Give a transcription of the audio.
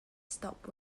stopped